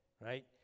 right